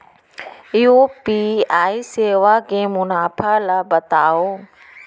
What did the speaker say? UPI सेवा के मुनाफा ल बतावव?